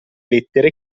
lettere